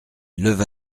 leva